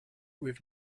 with